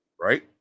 right